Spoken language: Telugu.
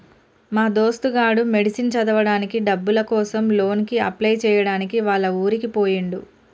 మా దోస్తు గాడు మెడిసిన్ చదవడానికి డబ్బుల కోసం లోన్ కి అప్లై చేయడానికి వాళ్ల ఊరికి పోయిండు